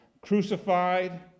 crucified